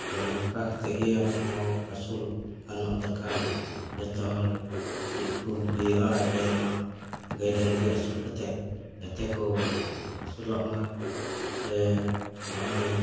ᱛᱚ ᱱᱚᱝᱠᱟ ᱠᱟᱛᱮᱫ ᱜᱮ ᱟᱵᱚ ᱦᱚᱸ ᱟᱹᱥᱩᱞ ᱜᱟᱱᱚᱜ ᱫᱚᱨᱠᱟᱨᱟ ᱡᱚᱛᱚ ᱦᱚᱲ ᱪᱮᱫ ᱠᱚ ᱦᱩᱭᱩᱜᱼᱟ ᱡᱮ ᱱᱚᱣᱟ ᱜᱟᱹᱭ ᱰᱟᱹᱝᱨᱤ ᱟᱹᱥᱩᱞ ᱠᱟᱛᱮᱫ ᱡᱟᱛᱮ ᱠᱚ ᱟᱹᱥᱩᱞᱚᱜ ᱢᱟ ᱥᱮ ᱱᱚᱜᱼᱚᱭ